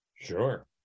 Sure